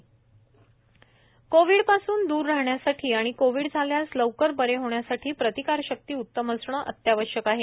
COVID संवाद कोव्हिडपासून दूर राहण्यासाठी आणि कोव्हिड झाल्यास लवकर बरे होण्यासाठी प्रतिकारशक्ती उत्तम असणे अत्यावश्यक आहे